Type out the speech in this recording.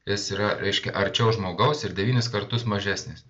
jis yra reiškia arčiau žmogaus ir devynis kartus mažesnis